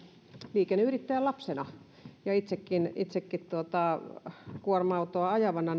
liikenneyrittäjän lapsena ja itsekin itsekin kuorma autoa ajavana